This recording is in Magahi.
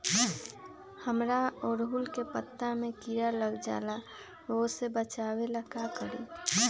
हमरा ओरहुल के पत्ता में किरा लग जाला वो से बचाबे ला का करी?